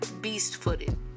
beast-footed